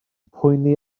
poeni